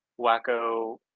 wacko